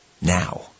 now